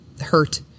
hurt